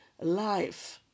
life